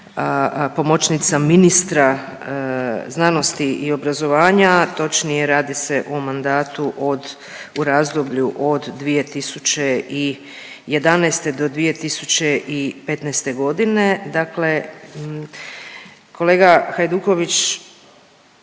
pomoćnica ministra znanosti i obrazovanja, točnije, radi se o mandatu od u razdoblju od 2011.-2015. g., dakle kolega Hajduković,